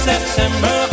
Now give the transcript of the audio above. September